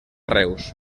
reus